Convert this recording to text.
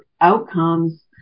outcomes